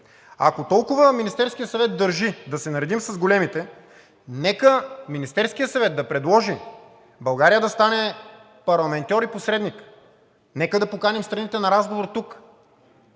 Ако толкова Министерският съвет държи да се наредим с големите, нека Министерският съвет да предложи България да стане парламентьор и посредник. Нека да поканим страните на разговор тук,